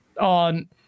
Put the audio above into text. on